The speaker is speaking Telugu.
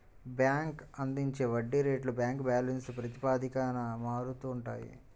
బ్యాంక్ అందించే వడ్డీ రేట్లు బ్యాంక్ బ్యాలెన్స్ ప్రాతిపదికన మారుతూ ఉంటాయి